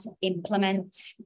implement